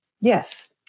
Yes